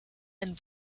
ein